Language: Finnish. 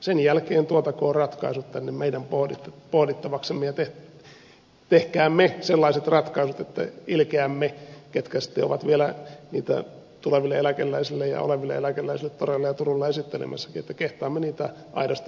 sen jälkeen tuotakoon ratkaisut tänne meidän pohdittavaksemme ja tehkäämme sellaiset ratkaisut että ilkeämme ketkä sitten ovat vielä niitä tuleville eläkeläisille ja oleville eläkeläisille toreilla ja turuilla esittelemässä ja kehtaamme niitä aidosti myöskin esitellä